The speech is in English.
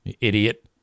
Idiot